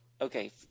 Okay